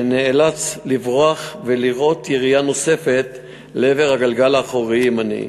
שנאלץ לברוח ולירות ירייה נוספת לעבר הגלגל האחורי-ימני.